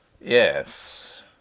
Yes